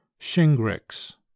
Shingrix